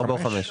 ארבעה או חמישה?